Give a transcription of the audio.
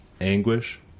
anguish